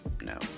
No